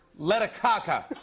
letta kaka.